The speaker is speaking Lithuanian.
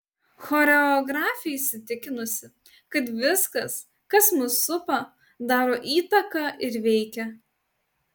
choreografė įsitikinusi kad viskas kas mus supa daro įtaką ir veikia